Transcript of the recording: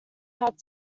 had